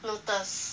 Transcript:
Lotus